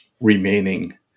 remaining